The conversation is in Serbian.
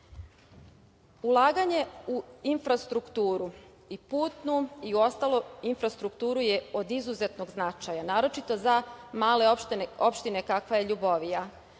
u infrastrukturu i putnu i ostalu infrastrukturu je od izuzetnog značaja, naročito za male opštine kakva je Ljubovija.